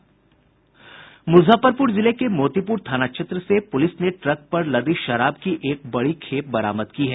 मूजफ्फरपूर जिले के मोतीपूर थाना क्षेत्र से पूलिस ने ट्रक पर लदी शराब की एक बड़ी खेप बरामद की है